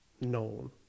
known